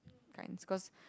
kinds is cause